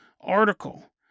article